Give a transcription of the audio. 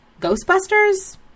Ghostbusters